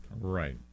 Right